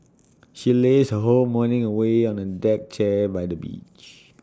she lazed her whole morning away on A deck chair by the beach